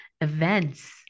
events